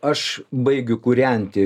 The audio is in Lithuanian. aš baigiu kūrenti